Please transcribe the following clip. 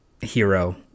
hero